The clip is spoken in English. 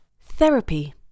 Therapy